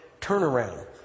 turnaround